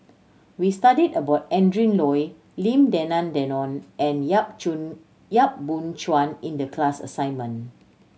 we studied about Adrin Loi Lim Denan Denon and Yap Yap Boon Chuan in the class assignment